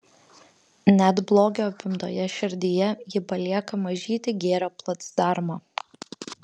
net blogio apimtoje širdyje ji palieka mažytį gėrio placdarmą